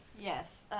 yes